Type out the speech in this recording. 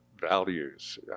values